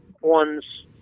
one's